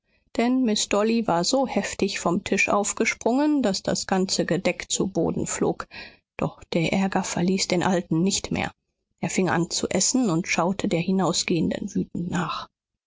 denn miß dolly war so heftig vom tisch aufgesprungen daß das ganze gedeck zu boden flog doch der ärger verließ den alten nicht mehr er fing an zu essen und schaute der hinausgehenden wütend nach